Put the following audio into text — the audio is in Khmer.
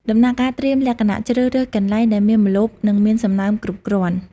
ដំណាក់កាលត្រៀមលក្ខណៈជ្រើសរើសកន្លែងដែលមានម្លប់ និងមានសំណើមគ្រប់គ្រាន់។